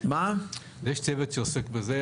יש צוות שעוסק בזה,